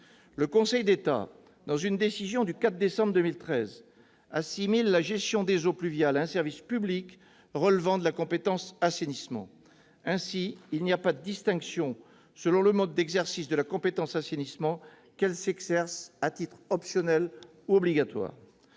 Le Conseil d'État, dans une décision du 4 décembre 2013, assimile la gestion des eaux pluviales à un service public relevant de la compétence « assainissement ». Ainsi, il n'y a pas de distinction selon le mode d'exercice de la compétence « assainissement », qu'elle s'exerce à titre optionnel ou obligatoire.